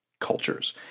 cultures